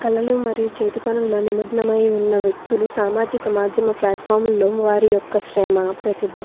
కళలు మరియు చేతి పనుల్లో నిమగ్నమై ఉన్న వ్యక్తులు సామాజిక మాధ్యమ ఫ్లాట్ఫార్మ్ల్లో వారి యొక్క శ్రమ ప్రతిభ